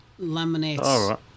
laminate